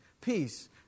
peace